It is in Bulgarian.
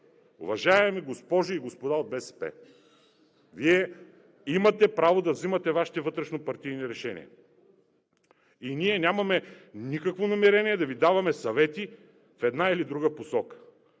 Уважаеми госпожи и господа от БСП, Вие имате право да взимате Вашите вътрешнопартийни решения. Ние нямаме никакво намерение да Ви даваме съвети в една или друга посока.